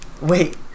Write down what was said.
Wait